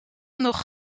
nog